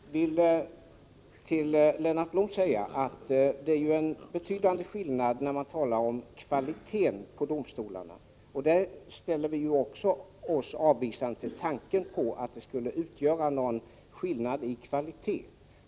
Herr talman! Jag vill till Lennart Blom säga att det finns en betydande skillnad när man talar om kvalitet på domstolarna. Också vi ställer oss avvisande till tanken på att det skall finnas en skillnad i kvalitet.